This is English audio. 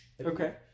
okay